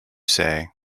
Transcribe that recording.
say